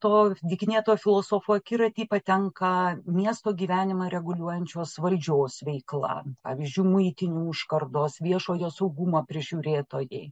to dykinėtojo filosofo akiratį patenka miesto gyvenimą reguliuojančios valdžios veikla pavyzdžiui muitinių užkardos viešojo saugumo prižiūrėtojai